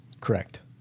Correct